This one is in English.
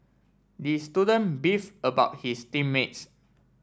the student beef about his team mates